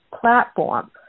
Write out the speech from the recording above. platform